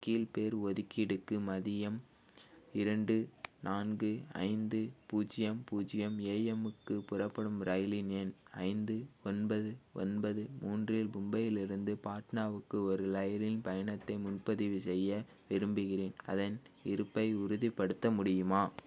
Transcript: கீழ் பேர் ஒதுக்கீடுக்கு மதியம் இரண்டு நான்கு ஐந்து பூஜ்ஜியம் பூஜ்ஜியம் ஏஎம்முக்குப் புறப்படும் ரயிலின் எண் ஐந்து ஒன்பது ஒன்பது மூன்றில் மும்பையிலிருந்து பாட்னாவுக்கு ஒரு ரயிலின் பயணத்தை முன்பதிவு செய்ய விரும்புகிறேன் அதன் இருப்பை உறுதிப்படுத்த முடியுமா